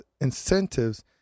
incentives